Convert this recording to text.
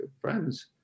friends